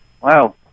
Wow